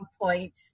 point